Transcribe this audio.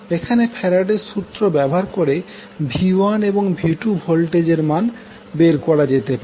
এখানে ফ্যারাডের সূত্র ব্যবহার করে v1এবং v2ভোল্টেজ এর মান বের করা যেতে পারে